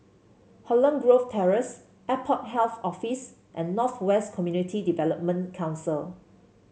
Holland Grove Terrace Airport Health Office and North West Community Development Council